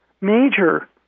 major